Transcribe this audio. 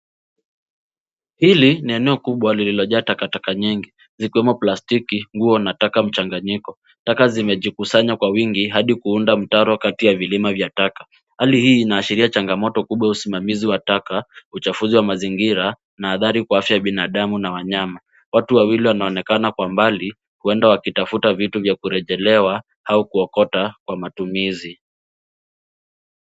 Hili, ni eneo kubwa, lilojaa takataka nyingi, zikiwemo plastiki, nguo, na taka mkusanyiko. Taka zimejikusanya kwa wingi, hadi kuunda mtaro kati ya vilima vya taka. Hali hii, inaashiria changamoto kubwa ya usimamizi wa taka, uchafuzi wa mazingira, na athari kwa afya ya binadamu na wanyama. Watu waili wanaonekana kwa mbali, huenda wakitafuta vitu vya kurejelewa, au kuokota, kwa matumizi.